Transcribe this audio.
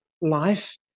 life